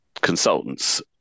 consultants